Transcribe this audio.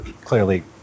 clearly